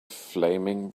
flaming